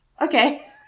Okay